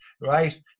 right